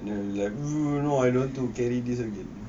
and then like oo no I don't want to carry this again